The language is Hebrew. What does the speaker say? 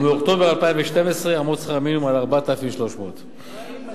ומאוקטובר 2012 יעמוד שכר המינימום על 4,300 שקלים.